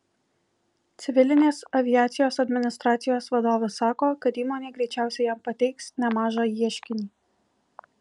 civilinės aviacijos administracijos vadovas sako kad įmonė greičiausiai jam pateiks nemažą ieškinį